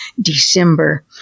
December